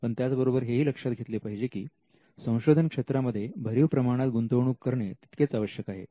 पण त्याचबरोबर हेही लक्षात घेतले पाहिजे की संशोधन क्षेत्रामध्ये भरीव प्रमाणात गुंतवणूक करणे तितकेच आवश्यक आहे